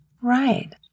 Right